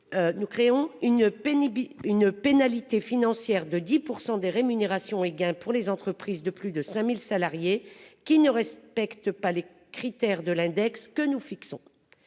une pénible une pénalité financière de 10% des rémunérations et gain pour les entreprises de plus de 5000 salariés qui ne respectent pas les critères de l'index que nous fixons.